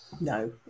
no